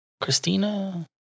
Christina